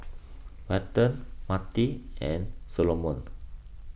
Welton Matie and Solomon